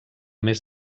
més